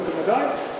בוודאי.